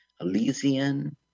Elysian